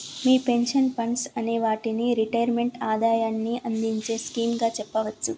మీ pension funds అనే వాటిని retirement ఆదాయాన్ని అందించే స్కీమ్ గా చెప్పవచ్చు